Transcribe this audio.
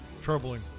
troubling